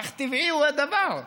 אך טבעי הוא הדבר.